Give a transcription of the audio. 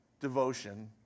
devotion